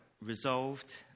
resolved